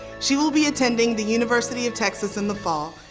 she will be attending the university of texas in the fall.